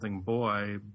boy